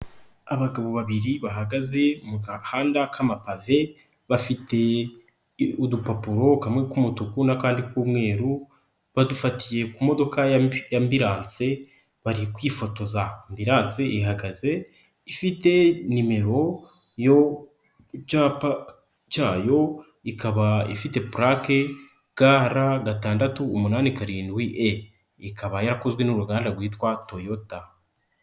Abagabo babiri bahagaze mu gahanda k'amapave bafite udupapuro kamwe k'umutuku n'akandi k'umweru badufatiye ku modoka y'ambirance bari kwifotoza, amburance ihagaze ifite nimero yo ku cyapa cyayo, ikaba ifite purake ga, ra, gatandatu umunani karindwi e, ikaba yarakozwe n'uruganda rwitwa Toyota.